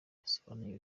yasobanuriye